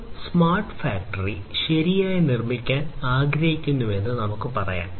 ഒരു smart factory ശരിയായി നിർമ്മിക്കാൻ ആഗ്രഹിക്കുന്നുവെന്ന് നമുക്ക് പറയാം